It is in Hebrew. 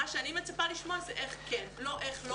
מה שאני מצפה לשמוע זה איך כן ולא איך לא.